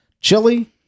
chili